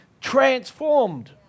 transformed